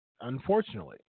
unfortunately